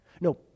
no